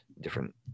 different